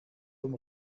vom